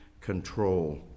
control